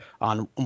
on